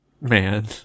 Man